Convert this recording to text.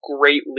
greatly